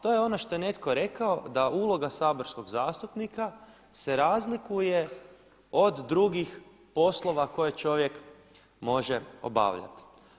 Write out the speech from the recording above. To je ono što je netko rekao da uloga saborskog zastupnika se razlikuje od drugih poslova koje čovjek može obavljati.